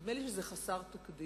נדמה לי שזה חסר תקדים,